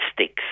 sticks